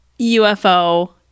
UFO